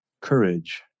courage